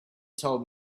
told